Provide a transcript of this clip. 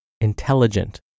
intelligent